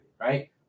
Right